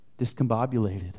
discombobulated